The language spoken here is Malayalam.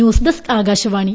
news desk Akashvani